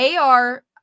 ar